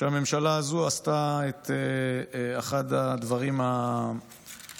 שהממשלה הזו עשתה את אחד הדברים החמורים